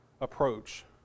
approach